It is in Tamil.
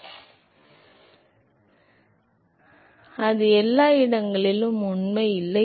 இப்போது அது எல்லா இடங்களிலும் உண்மை இல்லை